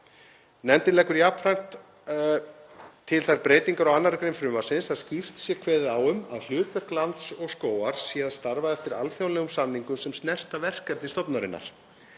Nefndin leggur jafnframt til þær breytingar á 2. gr. frumvarpsins að skýrt sé kveðið á um að hlutverk Lands og skógar sé að starfa eftir alþjóðlegum samningum sem snerta verkefni stofnunarinnar.